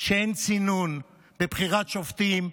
שאין צינון בבחירת שופטים,